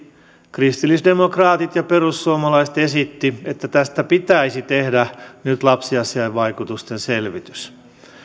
kristillisdemokraatit ja perussuomalaiset esittivät että tästä pitäisi tehdä nyt lapsiasiainvaikutusten selvitys